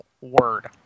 word